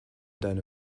deine